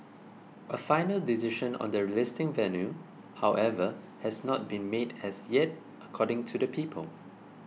a final decision on the listing venue however has not been made as yet according to the people